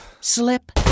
slip